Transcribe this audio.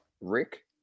Rick